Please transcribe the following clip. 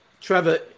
Trevor